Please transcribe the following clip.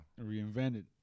reinvented